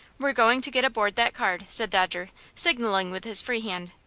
we're going to get aboard that car, said dodger, signaling with his free hand.